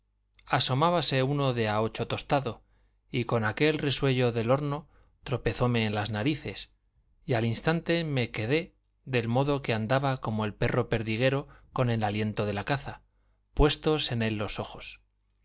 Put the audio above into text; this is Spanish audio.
pastelero asomábase uno de a ocho tostado y con aquel resuello del horno tropezóme en las narices y al instante me quedé del modo que andaba como el perro perdiguero con el aliento de la caza puestos en él los ojos